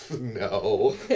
no